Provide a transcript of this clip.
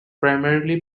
primarily